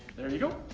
there you go,